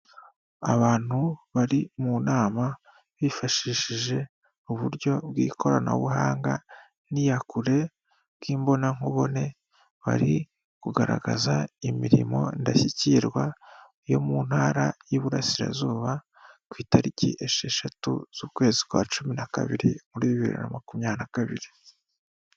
Abantu bari mu nama bifashishije uburyo bw'ikoranabuhanga n'iyakure bw'imbonankubone bari kugaragaza imirimo ndashyikirwa yo mu ntara y'iburasirazuba ku itariki esheshatu z'ukwezi kwa cumi na kabiri muri bibiri na makumyabiri na kabiri.